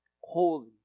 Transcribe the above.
Holy